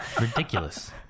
ridiculous